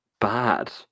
bad